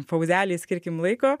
pauzelei skirkim laiko